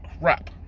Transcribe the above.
crap